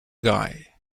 guy